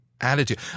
attitude